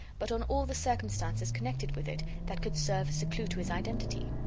but on all the circumstances connected with it that could serve as a clue to his identity.